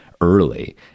early